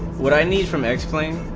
what i need some explaining